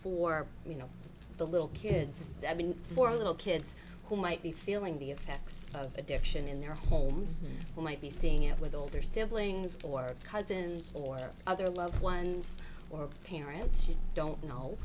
for you know the little kids i mean for little kids who might be feeling the effects of addiction in their homes or might be seeing it with older siblings or cousins or other loved ones or parents who don't know